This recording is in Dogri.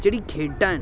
जेह्ड़ी खेढां हैन